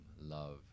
love